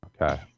Okay